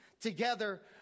together